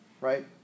right